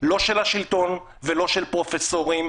לא של השלטון ולא של פרופסורים,